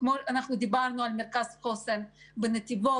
דיברנו על מרכז חוסן בנתיבות.